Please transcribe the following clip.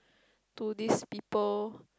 to these people